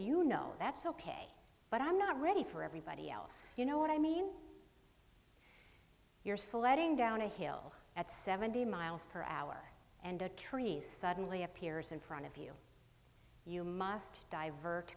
you know that's ok but i'm not ready for everybody else you know what i mean you're sledding down a hill at seventy miles per hour and a tree suddenly appears in front of you you must divert